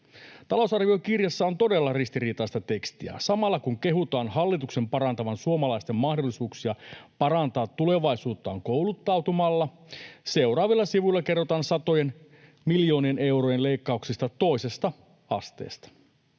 Talousarviokirjassa on todella ristiriitaista tekstiä. Samalla kun kehutaan hallituksen parantavan suomalaisten mahdollisuuksia parantaa tulevaisuuttaan kouluttautumalla, seuraavilla sivuilla kerrotaan satojen miljoonien eurojen leikkauksista toisesta asteesta.